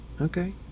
okay